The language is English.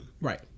Right